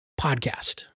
podcast